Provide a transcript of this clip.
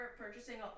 purchasing